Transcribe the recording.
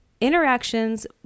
Interactions